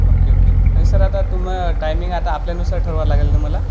okay okay आणि sir आता तुमा टायमिंग आता आपल्यानुसार ठरवा लागेल ना मला